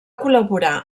col·laborar